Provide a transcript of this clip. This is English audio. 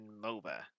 MOBA